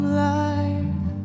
life